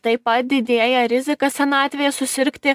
taip pat didėja rizika senatvėje susirgti